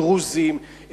דרוזים,